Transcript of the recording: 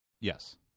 Yes